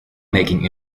making